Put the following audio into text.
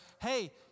hey